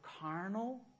carnal